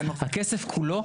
הכסף כולו,